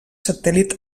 satèl·lit